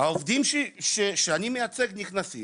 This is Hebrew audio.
העובדים שאני מייצג נכנסים